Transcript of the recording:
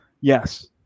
Yes